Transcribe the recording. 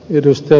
kun ed